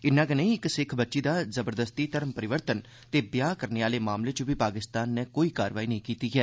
इन्ना गै नेईं इक सिक्ख बच्ची दा जबरदस्ती धर्म परिवर्तन ते ब्याह करने आले मामले च बी पाकिस्तान नै अजें तोहड़ी कोई कारवाई नेई कीती ऐ